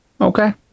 Okay